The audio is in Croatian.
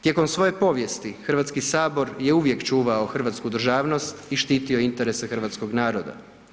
Tijekom svoje povijesti Hrvatski sabor je uvijek čuvao hrvatsku državnost i štitio interese hrvatskoga naroda.